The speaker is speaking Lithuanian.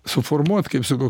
suformuot kaip sakau